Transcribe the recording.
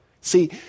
See